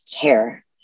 care